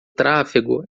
tráfego